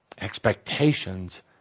Expectations